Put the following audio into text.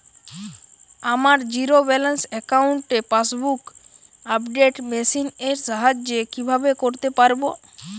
আমার zero balance অ্যাকাউন্টে passbook update machine এর সাহায্যে কীভাবে করতে পারব?